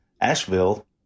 Asheville